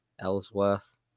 Ellsworth